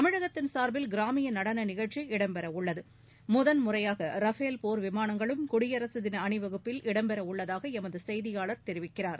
தமிழகத்தின் சாா்பில் கிராமிய நடன நிகழ்ச்சி இடம்பெற உள்ளது முதன்முறையாக ரஃபேல் போா்விமானங்களும் குடியரசு தின அணிவகுப்பில் இடம்பெற உள்ளதாக எமது செய்தியாளர் தெரிவிக்கிறார்